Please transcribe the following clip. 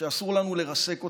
ואסור לנו לרסק אותה,